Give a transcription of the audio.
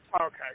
Okay